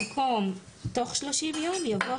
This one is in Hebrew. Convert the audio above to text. במקום "שלושים יום מהיום שבו הגיעה אליו ההודעה" יבוא